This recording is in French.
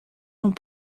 sont